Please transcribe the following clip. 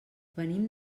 venim